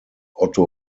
otto